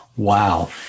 Wow